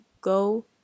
go